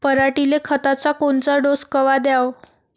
पऱ्हाटीले खताचा कोनचा डोस कवा द्याव?